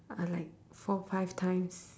are like four five times